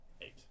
Eight